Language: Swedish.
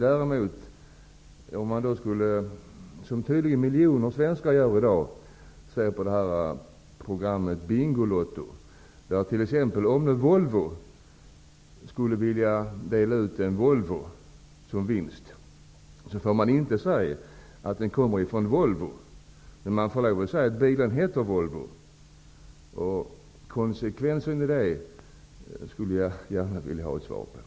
Däremot är det annorlunda om man, som miljoner svenskar gör i dag, ser på programmet Bingolotto. Om nu Volvo skulle vilja dela ut en Volvobil som vinst, får man inte säga att den kommer från Volvo. Men man får lov att säga att bilen heter Volvo. Konsekvensen i detta skulle jag gärna vilja få förklarad.